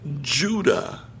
Judah